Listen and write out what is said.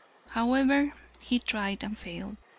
however, he tried and failed,